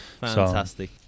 Fantastic